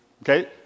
Okay